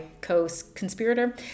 co-conspirator